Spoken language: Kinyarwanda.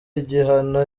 igihano